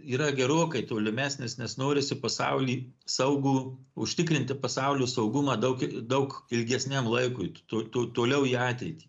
yra gerokai tolimesnis nes norisi pasaulį saugų užtikrinti pasaulio saugumą daug daug ilgesniam laikui tu to toliau į ateitį